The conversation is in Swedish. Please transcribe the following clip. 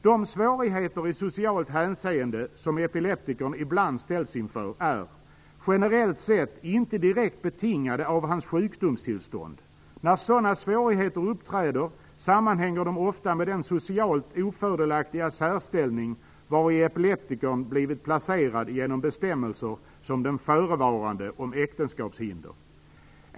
"De svårigheter i socialt hänseende, som epileptikern ibland ställs inför är, generellt sett, inte direkt betingade av hans sjukdomstillstånd. När sådana svårigheter uppträder, sammanhänger de ofta med den socialt ofördelaktiga särställning vari epileptikern blivit placerad genom bestämmelser som den förevarande om äktenskapshinder.